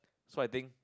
so I think